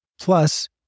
Plus